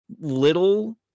little